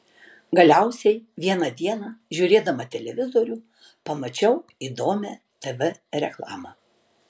galiausiai vieną dieną žiūrėdama televizorių pamačiau įdomią tv reklamą